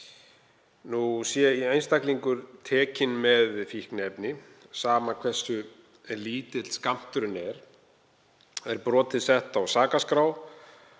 Sé einstaklingur tekinn með fíkniefni, sama hversu lítill skammturinn er, er brotið sett á sakaskrá